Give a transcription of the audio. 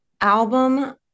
album